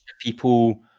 people